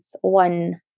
one